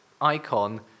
icon